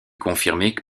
confirmée